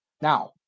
Now